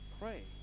Pray